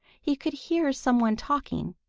he could hear someone talking.